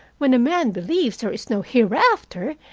when a man believes there is no hereafter,